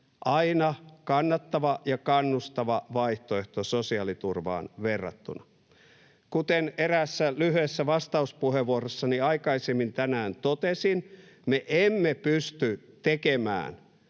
aina kannattava ja kannustava vaihtoehto sosiaaliturvaan verrattuna. Kuten eräässä lyhyessä vastauspuheenvuorossani aikaisemmin tänään totesin, me emme pysty tekemään